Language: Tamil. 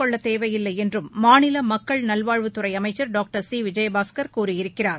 கொள்ளத் தேவையில்லை என்றும் மாநில மக்கள் நல்வாழ்வுத் துறை அமைச்சர் டாக்டர் சி விஜயபாஸ்கர் கூறியிருக்கிறார்